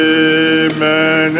amen